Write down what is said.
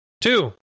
Two